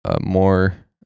more